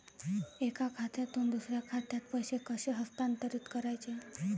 एका खात्यातून दुसऱ्या खात्यात पैसे कसे हस्तांतरित करायचे